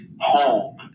home